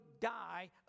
die